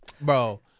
Bro